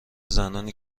زنانی